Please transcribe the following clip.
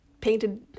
painted